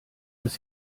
dass